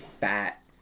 fat